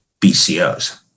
BCOs